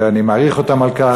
ואני מעריך אותם על כך.